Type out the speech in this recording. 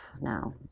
now